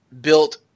built